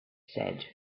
said